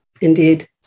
indeed